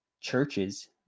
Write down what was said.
churches